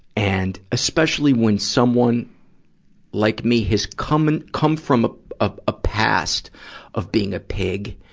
and especially when someone like me has come in, come from a, a past of being a pig,